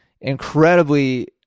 incredibly